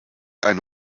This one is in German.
eine